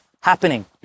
happening